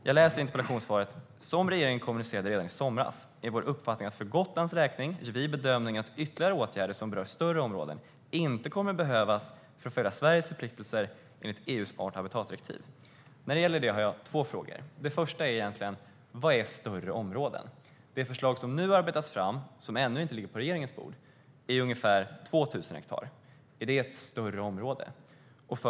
Jag citerar interpellationssvaret: "Som regeringen kommunicerade redan i somras är vår uppfattning att för Gotlands räkning gör vi bedömningen att ytterligare åtgärder som berör större områden inte kommer att behövas för att följa Sveriges förpliktelser enligt EU:s art och habitatdirektiv." Jag har två frågor när det gäller detta. Den första är: Vad är "större områden"? Det förslag som nu arbetas fram, som ännu inte ligger på regeringens bord, är ungefär 2 000 hektar. Är det ett större område?